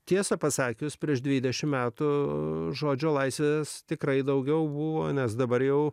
tiesą pasakius prieš dvidešim metų žodžio laisvės tikrai daugiau buvo nes dabar jau